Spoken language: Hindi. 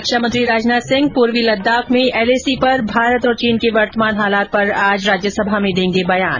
रक्षा मंत्री राजनाथ सिंह पूर्वी लददाख में एलएसी पर भारत और चीन के वर्तमान हालात पर आज राज्यसभा में देंगे बयान